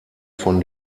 von